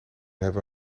hebben